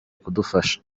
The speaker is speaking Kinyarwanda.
kudufasha